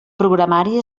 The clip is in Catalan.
programari